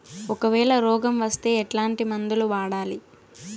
ఒకవేల రోగం వస్తే ఎట్లాంటి మందులు వాడాలి?